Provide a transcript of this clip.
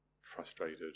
frustrated